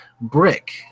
Brick